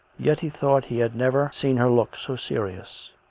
yet he thought he had never seen her look so serious.